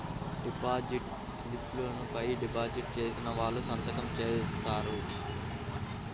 deposit స్లిపుల పైన deposit చేసిన వాళ్ళు సంతకం జేత్తారు